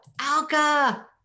alka